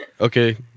Okay